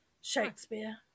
Shakespeare